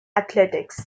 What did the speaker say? athletics